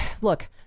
look